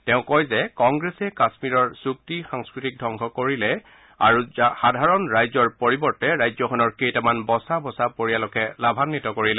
তেওঁ কয় যে কংগ্ৰেছে কাশ্মীৰৰ চূফি সংস্কৃতিক ধবংস কৰিলে আৰু সাধাৰণ ৰাইজৰ পৰিৱৰ্তে ৰাজ্যখনৰ কেইটামান বচা বচা পৰিয়ালকহে লাভাঘিত কৰিলে